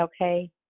okay